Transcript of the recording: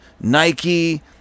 Nike